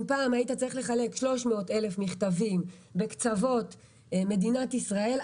אם פעם היית צריך לחלק 300,000 מכתבים בקצוות מדינת ישראל,